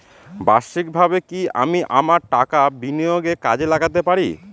বার্ষিকভাবে কি আমি আমার টাকা বিনিয়োগে কাজে লাগাতে পারি?